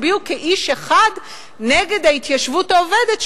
הצביעו כאיש אחד נגד ההתיישבות העובדת,